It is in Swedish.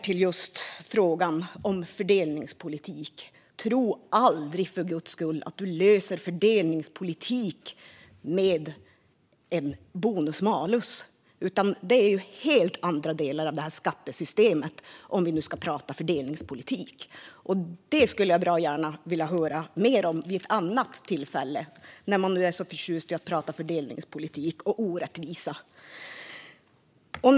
Tro för guds skull aldrig att man löser fördelningspolitiken med bonus malus! Det sker inom helt andra delar av skattesystemet. Det skulle jag bra gärna vilja höra mer om vid ett annat tillfälle, när man nu är så förtjust i att prata om fördelningspolitik och orättvisor.